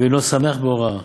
ואינו שמח בהוראה,